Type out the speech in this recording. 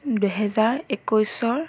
দুহেজাৰ একৈছৰ